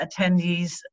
attendees